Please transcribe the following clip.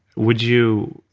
would you.